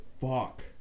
fuck